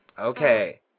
Okay